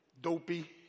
dopey